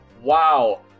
Wow